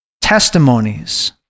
testimonies